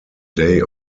day